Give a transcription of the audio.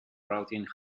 routing